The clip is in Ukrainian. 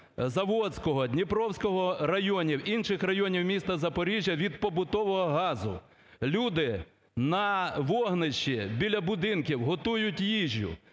Заводського, Дніпровського районів, інших районів міста Запоріжжя від побутового газу. Люди на вогнищі біля будинків готують їжу.